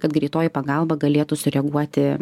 kad greitoji pagalba galėtų sureaguoti